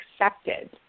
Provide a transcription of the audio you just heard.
accepted